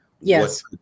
yes